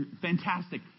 Fantastic